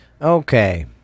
Okay